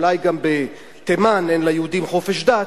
אולי גם בתימן אין ליהודים חופש דת,